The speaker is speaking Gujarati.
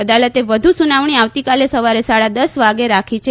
અદાલતે વધુ સુનાવણી આવતીકાલે સવારે સાડા દસ વાગે રાખી છે